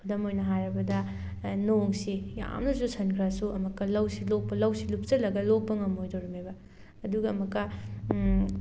ꯈꯨꯗꯝ ꯑꯣꯏꯅ ꯍꯥꯏꯔꯕꯗ ꯅꯣꯡꯁꯦ ꯌꯥꯝꯅ ꯆꯨꯁꯟꯈ꯭ꯔꯁꯨ ꯑꯃꯨꯛꯀ ꯂꯧꯁꯦ ꯂꯣꯛꯄ ꯂꯧꯁꯦ ꯂꯨꯞꯁꯜꯂꯒ ꯂꯣꯛꯄ ꯉꯝꯃꯣꯏꯗꯣꯔꯤꯃꯦꯕ ꯑꯗꯨꯒ ꯑꯃꯨꯛꯀ